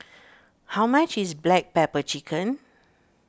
how much is Black Pepper Chicken